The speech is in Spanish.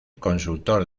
consultor